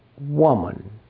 woman